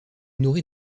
nourrit